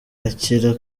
akira